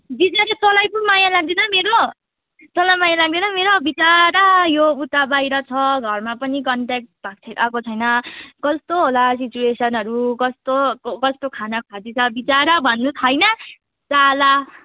विचरा तँलाई पो माया लाग्दैन मेरो तँलाई माया लाग्दैन मेरो विचारा यो उता बाहिर छ घरमा पनि कन्ट्याक्ट भएको छैन आएको छैन कस्तो होला सिच्वेसनहरू कस्तो कस्तो खाना खाँदैछ विचरा भन्नु छैन साला